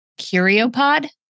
CurioPod